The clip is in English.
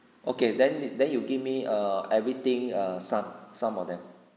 okay then then you give me err everything err some some of them